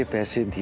sai.